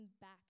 back